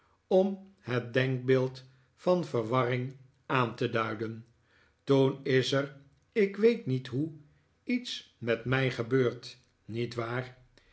om het denkbeeld van verwarring aan te duiden toen is er ik weet niet hoe iets met mij gebeurd niet waar